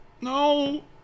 no